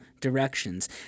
directions